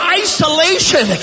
isolation